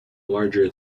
larger